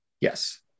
Yes